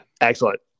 excellent